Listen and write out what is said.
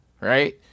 right